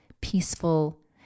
peaceful